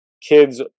Kids